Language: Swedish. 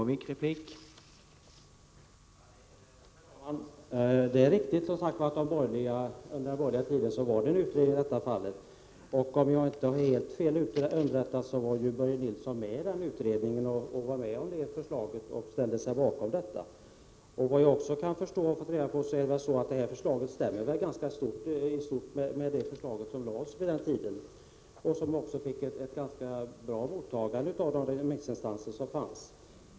Herr talman! Det är riktigt att saken utreddes under den borgerliga tiden. Om jag inte tar helt fel var Börje Nilsson med i den utredningen och ställde sig bakom förslaget. Det nu föreliggande förslaget stämmer i långa stycken med det förslag som lades fram vid den tiden, och som också fick ett bra mottagande av de remissinstanser man hade.